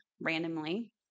randomly